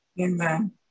Amen